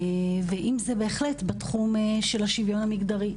ואם זה בהחלט בתחום של השוויון המגדרי.